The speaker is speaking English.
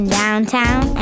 downtown